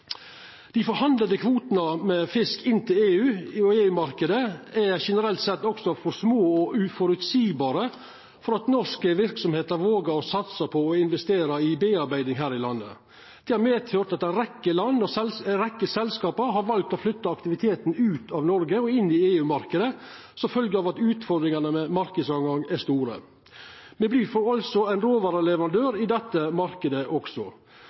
Dei forhandla kvotane med fisk inn til EU, hjå EU-marknaden, er generelt sett også for små og uføreseielege til at norske verksemder vågar å satsa på å investera i foredling her i landet. Det har medført at ei rekkje land og ei rekkje selskap har valt å flytta aktiviteten ut av Noreg og inn i EU-marknaden, som følgje av at utfordringane med marknadsåtgang er store. Me vert altså ein råvareleverandør i denne marknaden også.